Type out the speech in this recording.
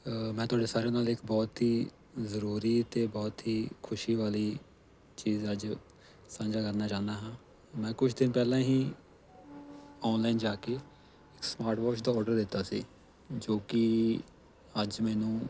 ਮੈਂ ਤੁਹਾਡੇ ਸਾਰਿਆਂ ਨਾਲ ਇੱਕ ਬਹੁਤ ਹੀ ਜ਼ਰੂਰੀ ਅਤੇ ਬਹੁਤ ਹੀ ਖੁਸ਼ੀ ਵਾਲੀ ਚੀਜ਼ ਅੱਜ ਸਾਂਝਾ ਕਰਨਾ ਚਾਹੁੰਦਾ ਹਾਂ ਮੈਂ ਕੁਛ ਦਿਨ ਪਹਿਲਾਂ ਹੀ ਆਨਲਾਈਨ ਜਾ ਕੇ ਇੱਕ ਸਮਾਰਟ ਵਾਚ ਦਾ ਆਰਡਰ ਦਿੱਤਾ ਸੀ ਜੋ ਕਿ ਅੱਜ ਮੈਨੂੰ